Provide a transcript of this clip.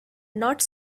not